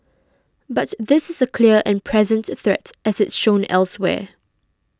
but this is a clear and present threat as it's shown elsewhere